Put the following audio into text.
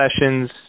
sessions